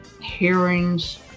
hearings